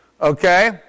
Okay